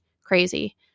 crazy